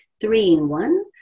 three-in-one